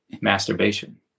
Masturbation